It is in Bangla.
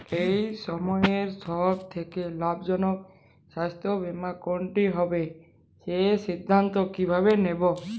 এই সময়ের সব থেকে লাভজনক স্বাস্থ্য বীমা কোনটি হবে সেই সিদ্ধান্ত কীভাবে নেব?